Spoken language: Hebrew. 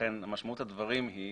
ולכן משמעות הדברים היא